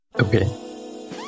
Okay